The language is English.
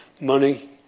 money